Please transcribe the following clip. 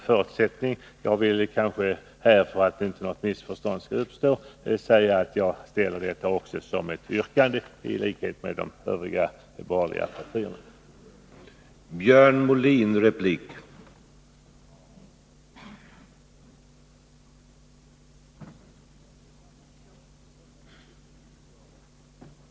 För att inget missförstånd skall uppstå vill jag säga att i detta uttalande låg också ett yrkande i enlighet med vad de övriga borgerliga partierna yrkar.